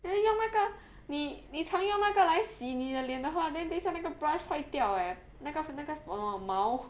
then 用那个你你长用那个来洗你的脸然后 ah then 等一下那个 brush 坏掉 eh 那个那个 uh 毛